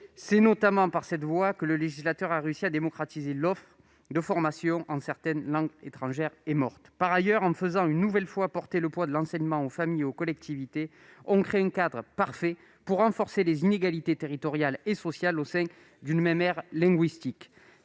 C'est notamment par cette voie que le législateur a réussi à démocratiser l'offre de formation concernant certaines langues étrangères et mortes. Par ailleurs, en faisant une nouvelle fois porter le poids de l'enseignement aux familles et aux collectivités, on crée un cadre parfait pour renforcer les inégalités territoriales et sociales au sein d'une même aire linguistique.